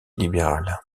libérales